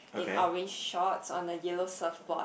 in orange shorts on the yellow surfboard